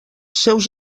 seus